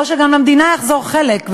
או שגם למדינה יחזור חלק,